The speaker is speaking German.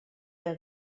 der